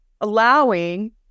allowing